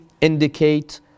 indicate